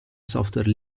software